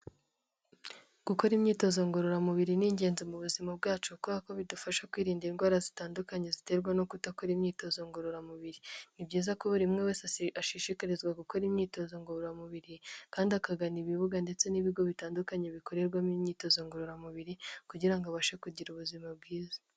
Gukora imyitozo ngororamubiri ni ingenzi mu buzima bwacu kubera ko bidufasha kwirinda indwara zitandukanye ziterwa no kudakora imyitozo ngororamubiri, ni byiza ku buri umwe wese ashishikarizwa gukora imyitozo ngororamubiri kandi akagana ibibuga ndetse n'ibigo bitandukanye bikorerwamo imyitozo ngororamubiri kugira ngo abashe kugira ubuzima bwiza.